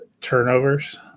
turnovers